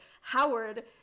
howard